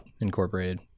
Incorporated